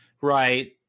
Right